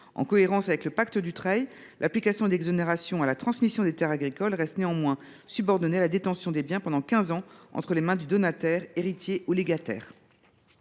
En cohérence avec le pacte Dutreil, l’application de l’exonération à la transmission des terres agricoles reste néanmoins subordonnée à la détention des biens pendant quinze ans entre les mains du donataire, héritier ou légataire.